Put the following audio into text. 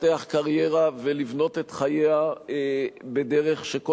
לפתח קריירה ולבנות את חייה בדרך שכל